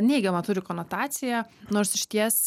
neigiamą turi konotaciją nors išties